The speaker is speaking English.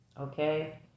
Okay